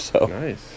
Nice